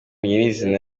nyirizina